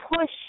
push